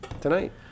tonight